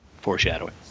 Foreshadowing